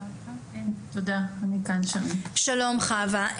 שלום, חווה,